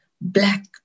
black